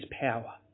power